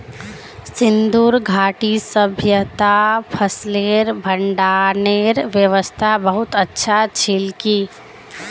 सिंधु घाटीर सभय्तात फसलेर भंडारनेर व्यवस्था बहुत अच्छा छिल की